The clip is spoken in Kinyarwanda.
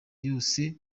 yose